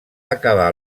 acabar